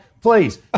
Please